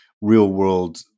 real-world